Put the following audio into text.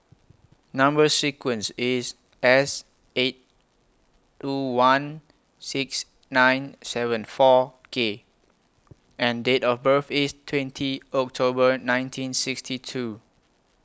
Number sequence IS S eight two one six nine seven four K and Date of birth IS twenty October nineteen sixty two